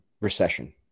recession